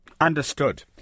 Understood